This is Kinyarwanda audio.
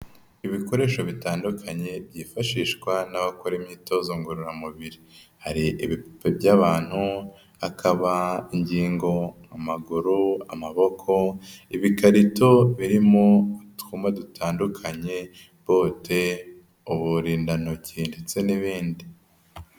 Ibikoresho bitandukanye byifashishwa n'abakora imyitozo ngororamubiri, hari ibipupe by'abantu, hakaba ingingo, amaguru, amaboko, ibikarito birimo utwuma dutandukanye, bote, uburindantoki ndetse n'ibindi.